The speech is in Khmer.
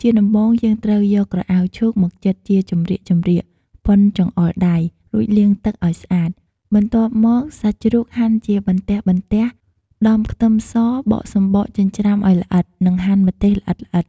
ជាដំបូង យើងត្រូវយក ក្រអៅឈូកមកចិតជាចម្រៀកៗ ប៉ុនចង្អុលដៃ រួចលាងទឹកអោយស្អាត បន្ទាប់មកសាច់ជ្រូកហាន់ជាបន្ទះៗ ដំខ្ទឹមសបកសំបកចិញ្ច្រាំឲ្យល្អិត និងហាន់ម្ទេសល្អិតៗ។